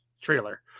trailer